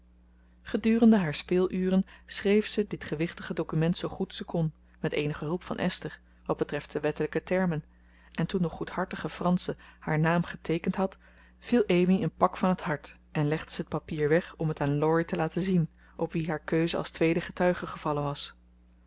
gedurende haar speeluren schreef zij dit gewichtig document zoo goed ze kon met eenige hulp van esther wat betreft de wettelijke termen en toen de goedhartige fransche haar naam geteekend had viel amy een pak van het hart en legde ze het papier weg om het aan laurie te laten zien op wien haar keuze als tweeden getuige gevallen was